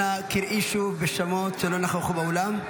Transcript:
אנא, קראי שוב בשמות מי שלא נכחו באולם.